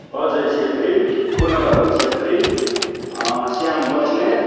Ajay Chhetri Purna Bahadur Chhetri Shyam Basnet